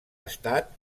estat